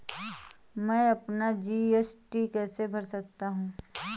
मैं अपना जी.एस.टी कैसे भर सकता हूँ?